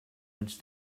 which